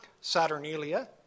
Saturnalia